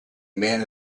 man